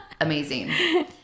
Amazing